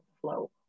flow